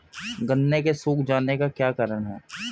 गन्ने के सूख जाने का क्या कारण है?